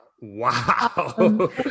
wow